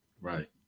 Right